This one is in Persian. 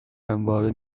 همواره